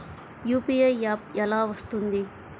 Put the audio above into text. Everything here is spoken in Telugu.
యూ.పీ.ఐ యాప్ ఎలా వస్తుంది?